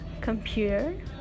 computer